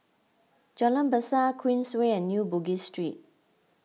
Jalan Besar Queensway and New Bugis Street